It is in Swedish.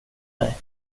mig